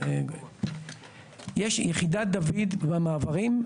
יש יחידת "דויד" במעברים,